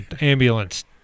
Ambulance